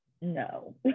no